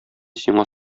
сиңа